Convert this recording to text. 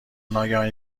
ناگهان